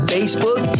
Facebook